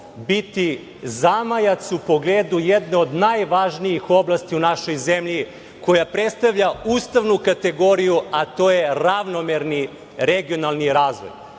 biti zamajac u pogledu jedne od najvažnijih oblasti u našoj zemlji, koja predstavlja ustavnu kategoriju, a to je ravnomerni regionalni razvoj. Kao